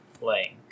playing